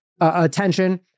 attention